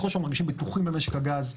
ככל שאנחנו מרגישים בטוחים במשק הגז,